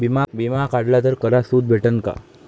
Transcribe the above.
बिमा काढला तर करात सूट भेटन काय?